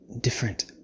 different